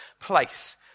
place